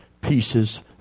pieces